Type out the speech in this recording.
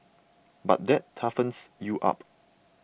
but that toughens you up